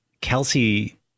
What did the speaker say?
Kelsey